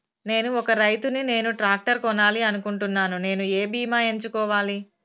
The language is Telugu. నేను ఒక రైతు ని నేను ట్రాక్టర్ కొనాలి అనుకుంటున్నాను నేను ఏ బీమా ఎంచుకోవాలి?